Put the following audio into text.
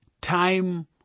time